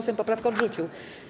Sejm poprawkę odrzucił.